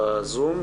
בזום,